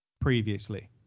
previously